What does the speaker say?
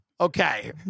Okay